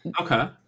Okay